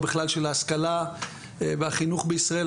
ובכלל של ההשכלה והחינוך בישראל.